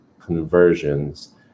conversions